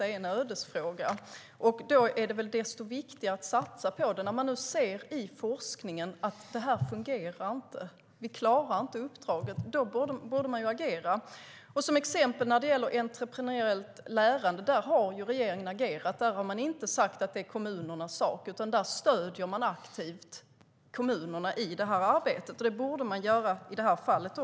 Då är det desto viktigare att satsa på det. När man nu ser i forskningen att det inte fungerar och att vi inte klarar uppdraget borde man agera. Regeringen har agerat när det gäller till exempel entreprenöriellt lärande. Där har man inte sagt att det är kommunernas sak, utan stöder aktivt kommunerna i det arbetet. Det borde man göra även i det här fallet.